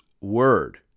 word